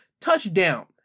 touchdown